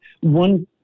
One